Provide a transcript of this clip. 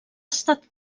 estat